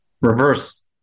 reverse